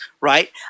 right